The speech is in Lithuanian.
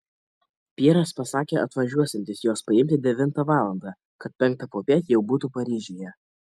pjeras pasakė atvažiuosiantis jos paimti devintą valandą kad penktą popiet jau būtų paryžiuje